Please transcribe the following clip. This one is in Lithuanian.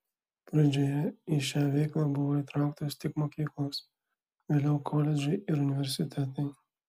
pradžioje į šią veiklą buvo įtrauktos tik mokyklos vėliau koledžai ir universitetai